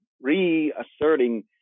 reasserting